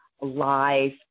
live